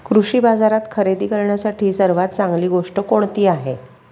कृषी बाजारात खरेदी करण्यासाठी सर्वात चांगली गोष्ट कोणती आहे?